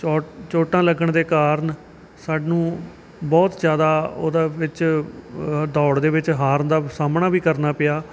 ਚੋ ਚੋਟਾਂ ਲੱਗਣ ਦੇ ਕਾਰਨ ਸਾਨੂੰ ਬਹੁਤ ਜ਼ਿਆਦਾ ਉਹਦੇ ਵਿੱਚ ਦੌੜ ਦੇ ਵਿੱਚ ਹਾਰਨ ਦਾ ਸਾਹਮਣਾ ਵੀ ਕਰਨਾ ਪਿਆ